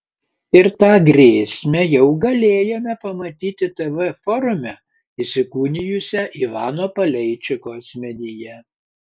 ir tą grėsmę jau galėjome pamatyti tv forume įsikūnijusią ivano paleičiko asmenyje